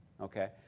okay